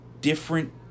different